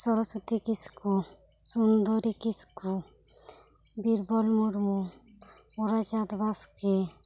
Saraswati Kisku Sundari Kisku Birbal Murmu Uraychand Baske